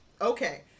Okay